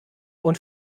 und